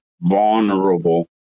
vulnerable